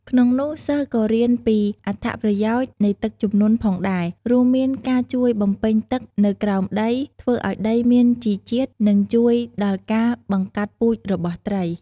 ក្នុងនោះសិស្សក៏រៀនពីអត្ថប្រយោជនៃទឹកជំនន់ផងដែរ រួមមានការជួយបំពេញទឹកនៅក្រោមដី ធ្វើឱ្យដីមានជីជាតិ និងជួយដល់ការបង្កាត់ពូជរបស់ត្រី។